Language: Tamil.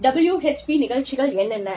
WHP நிகழ்ச்சிகள் என்னென்ன